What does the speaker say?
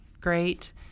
great